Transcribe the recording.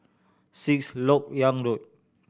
Sixth Lok Yang Road